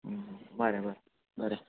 बरें बरें बरें